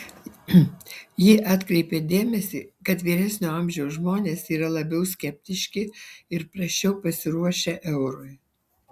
ji atkreipė dėmesį kad vyresnio amžiaus žmonės yra labiau skeptiški ir prasčiau pasiruošę eurui